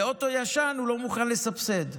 באוטו ישן הוא לא מוכן לסבסד.